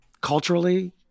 Culturally